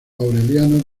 aureliano